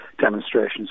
demonstrations